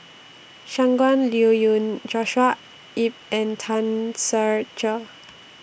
Shangguan Liuyun Joshua Ip and Tan Ser Cher